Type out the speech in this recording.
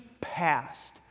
past